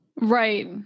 Right